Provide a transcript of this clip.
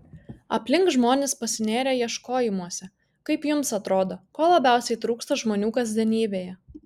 aplink žmonės pasinėrę ieškojimuose kaip jums atrodo ko labiausiai trūksta žmonių kasdienybėje